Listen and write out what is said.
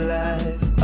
life